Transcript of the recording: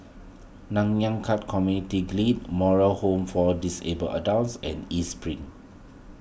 Nanyang Khek Community Moral Home for Disabled Adults and East Spring